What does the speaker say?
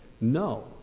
no